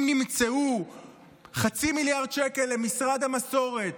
אם נמצאו 0.5 מיליארד שקל למשרד המסורת,